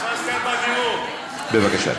בבקשה.